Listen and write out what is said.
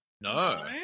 No